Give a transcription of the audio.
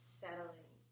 settling